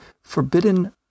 forbidden